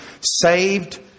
Saved